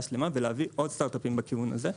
שלמה ולהביא עוד סטארט-אפים בכיוון הזה,